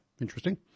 Interesting